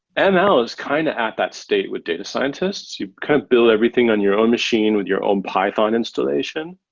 and ml is kind of at that state with data scientists. you can't build everything on your own machine with your own python installation,